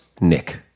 Nick